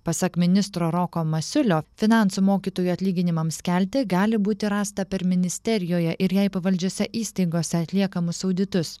pasak ministro roko masiulio finansų mokytojų atlyginimams kelti gali būti rasta per ministerijoje ir jai pavaldžiose įstaigose atliekamus auditus